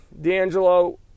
D'Angelo